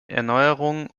erneuerung